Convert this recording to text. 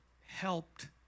helped